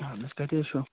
اَہَن حظ کَتہِ حظ چھُو